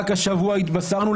רק השבוע התבשרנו,